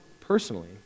personally